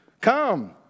Come